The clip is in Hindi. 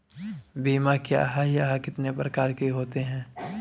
बीमा क्या है यह कितने प्रकार के होते हैं?